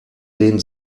den